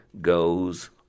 goes